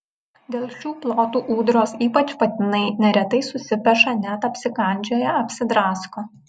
dėl šių plotų ūdros ypač patinai neretai susipeša net apsikandžioja apsidrasko